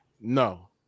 No